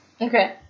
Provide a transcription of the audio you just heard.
Okay